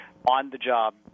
on-the-job